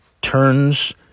turns